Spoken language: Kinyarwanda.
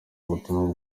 ubutumwa